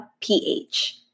PH